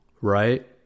right